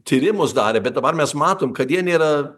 tyrimus darė bet dabar mes matom kad jie nėra